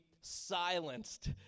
silenced